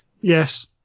Yes